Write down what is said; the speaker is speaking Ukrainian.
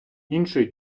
іншої